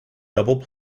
double